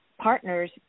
partners